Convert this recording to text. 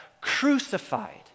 crucified